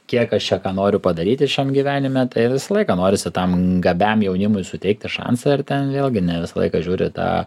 kiek aš čia ką noriu padaryti šiam gyvenime tai visą laiką norisi tam gabiam jaunimui suteikti šansą ir ten vėlgi ne visą laiką žiūri tą